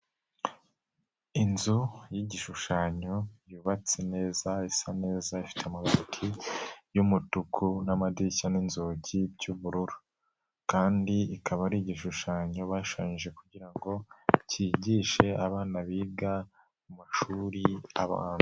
Inzu y'igishushanyo yubatse neza, isa neza, ifite amabati y'umutuku n'amadirishya n'inzugi by'ubururu kandi ikaba ari igishushanyo bashushanyije kugira ngo kigishe abana biga mu mashuri abanza.